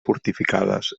fortificades